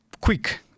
quick